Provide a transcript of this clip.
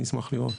אני אשמח לראות.